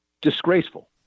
disgraceful